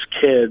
kids